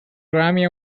grammy